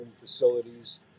facilities